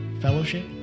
fellowship